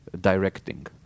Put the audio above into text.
directing